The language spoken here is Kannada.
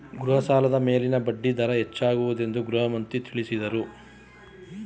ಗೃಹ ಸಾಲದ ಮೇಲಿನ ಬಡ್ಡಿ ದರ ಹೆಚ್ಚಾಗುವುದೆಂದು ಗೃಹಮಂತ್ರಿ ತಿಳಸದ್ರು